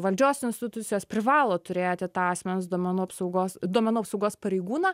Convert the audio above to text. valdžios institucijos privalo turėti tą asmens duomenų apsaugos duomenų apsaugos pareigūną